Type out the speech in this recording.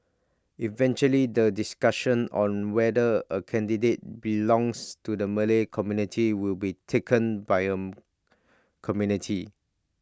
eventually the discussion on whether A candidate belongs to the Malay community will be taken by A committee